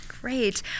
great